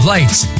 Lights